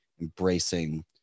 Embracing